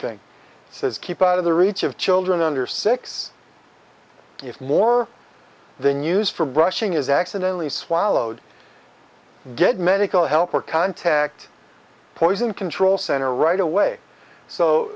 think says keep out of the reach of children under six if more than used for brushing is accidentally swallowed get medical help or contact poison control center right away so